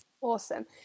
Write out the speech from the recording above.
Awesome